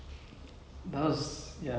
so that's cool